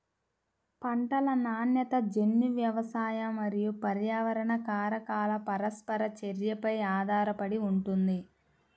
పంటల నాణ్యత జన్యు, వ్యవసాయ మరియు పర్యావరణ కారకాల పరస్పర చర్యపై ఆధారపడి ఉంటుంది